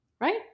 Right